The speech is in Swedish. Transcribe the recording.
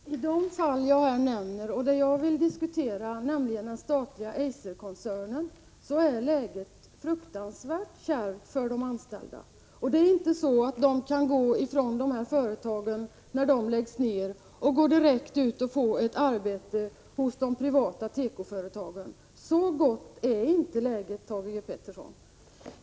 Herr talman! När det gäller det fall som jag har nämnt och som jag vill diskutera, nämligen den statliga Eiserkoncernen, är läget fruktansvärt kärvt för de anställda. När sådana företag läggs ned kan de anställda inte gå direkt till de privata tekoföretagen och få ett arbete. Så gott är inte läget, Thage G. Peterson.